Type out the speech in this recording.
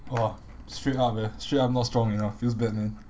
!wah! straight up eh straight up not strong enough feels bad man